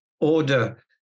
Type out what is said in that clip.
order